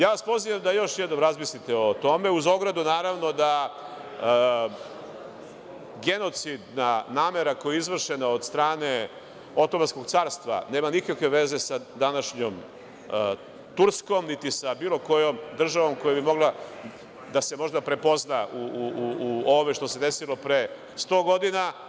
Ja vas pozivam da još jednom razmislite o tome, uz ogradu naravno da genocidna namera koja je izvršena od strane Otomanskog carstva nema nikakve veze sa današnjom Turskom, niti sa bilo kojom državom koja bi mogla da se možda prepozna u ovome što se desilo pre 100 godina.